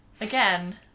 Again